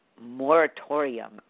moratorium